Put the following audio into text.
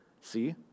see